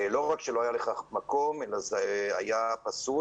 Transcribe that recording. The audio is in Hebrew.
לא רק שלא היה לכך מקום אלא זה היה פסול.